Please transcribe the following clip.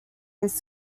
his